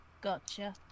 Gotcha